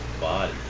body